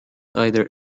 either